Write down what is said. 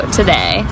today